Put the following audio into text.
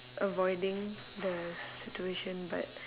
avoiding the situation but